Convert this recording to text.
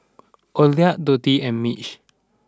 Oralia Dotty and Mitch